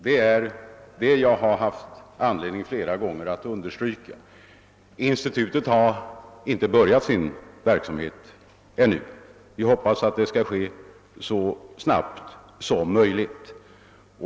Det har jag flera gånger haft anledning att betona. Institutet har ännu inte påbörjat sin verksamhet. Vi hoppas att starten skall ske så snabbt som möjligt.